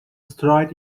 straight